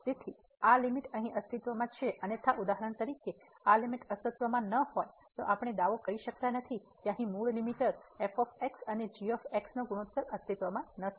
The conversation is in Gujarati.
તેથી આ લીમીટ અહીં અસ્તિત્વમાં છે અન્યથા ઉદાહરણ તરીકે આ લીમીટ અસ્તિત્વમાં નથી તો આપણે દાવો કરી શકતા નથી કે અહીં મૂળ લીમીટર f અને g નો ગુણોત્તર અસ્તિત્વમાં નથી